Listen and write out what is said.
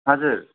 हजुर